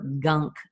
gunk